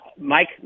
Mike